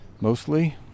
mostly